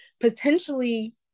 potentially